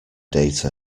data